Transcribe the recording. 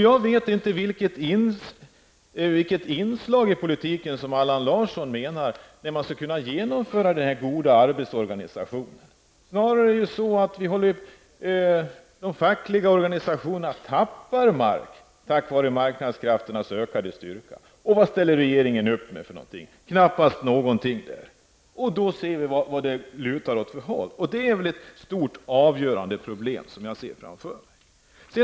Jag vet inte vilket inslag i politiken som Allan Larsson menar att man skall kunna använda för att genomföra den goda arbetsorganisationen. Snarare tappar de fackliga arbetsorganisationerna mark på grund av marknadskrafternas ökade styrka. Vad ställer regeringen upp med? Knappast någonting. Då ser vi åt vilket håll det lutar. Det är ett stort och avgörande problem som jag ser framför mig.